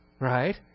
Right